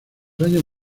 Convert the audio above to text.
años